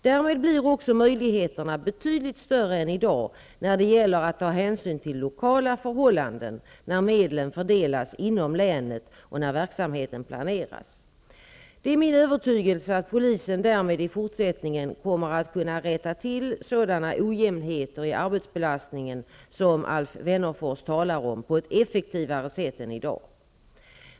Därmed blir också möjligheterna betydligt större än i dag när det gäller att ta hänsyn till lokala förhållanden när medlen fördelas inom länet och när verksamheten planeras. Det är min övertygelse att polisen därmed i fortsättningen kommer att kunna rätta till sådana ojämnheter i arbetsbelastningen, som Alf Wennerfors talar om, på ett effektivare sätt än i dag.